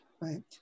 right